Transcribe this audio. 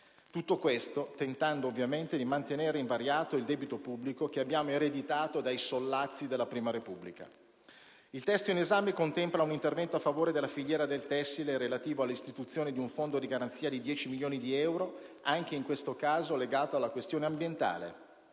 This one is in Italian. poste in essere tentando ovviamente di mantenere invariato il debito pubblico che abbiamo ereditato dai sollazzi della prima Repubblica. Il testo in esame contempla un intervento a favore della filiera del tessile relativo all'istituzione di un Fondo di garanzia di 10 milioni di euro, anche in questo caso legato alla questione ambientale,